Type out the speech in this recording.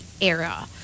era